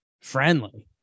friendly